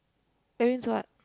that means what